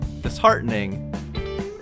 disheartening